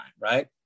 right